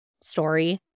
story